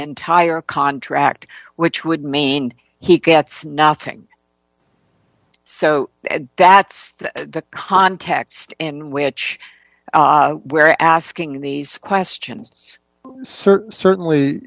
entire contract which would mean he gets nothing so that's the context in which we're asking these questions sir certainly